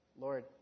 Lord